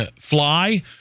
fly